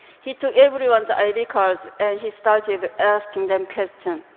he took everyone's i ah d. cards, and he started asking them questions.